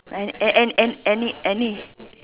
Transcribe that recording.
An~ An~ An~ Annie Annie